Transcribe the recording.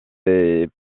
est